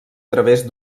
través